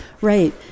Right